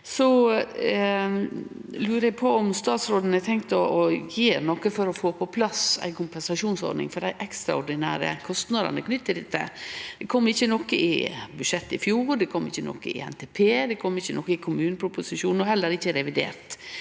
Eg lurer på om statsråden har tenkt å gjere noko for å få på plass ei kompensasjonsordning for dei ekstraordinære kostnadene knytte til dette. Det kom ikkje noko i budsjettet i fjor, det kom ikkje noko i NTP, det kom ikkje noko i kommuneproposisjonen og heller ikkje i revidert.